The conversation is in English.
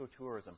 ecotourism